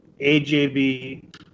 AJB